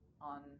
on